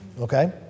Okay